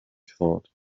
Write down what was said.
thought